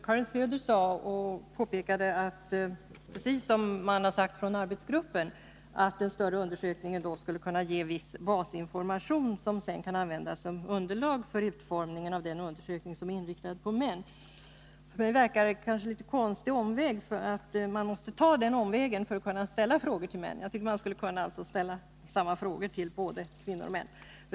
Herr talman! Karin Söder påpekade att den större undersökningen — precis som arbetsgruppen har sagt — skulle kunna ge viss basinformation som sedan kan användas som underlag vid utformningen av den undersökning som är inriktad på män. För mig verkar det konstigt att man måste ta den omvägen för att kunna ställa frågorna till männen; jag tycker att man skall kunna ställa samma frågor till både kvinnor och män.